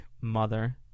mother